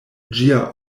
ĝia